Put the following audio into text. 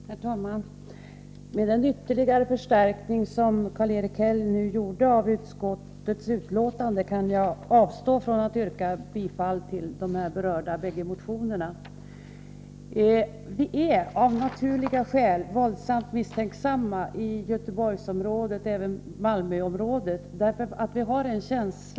Herr talman! Med hänsyn till den ytterligare förstärkning som Karl-Erik Häll nu gjorde av utskottets betänkande kan jag avstå från att yrka bifall till de båda berörda motionerna. Av naturliga skäl är vi i Göteborgsoch Malmöområdena våldsamt misstänksamma.